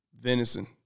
venison